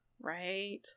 Right